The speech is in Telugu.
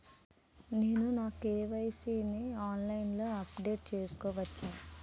నేను నా కే.వై.సీ ని ఆన్లైన్ లో అప్డేట్ చేసుకోవచ్చా?